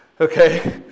okay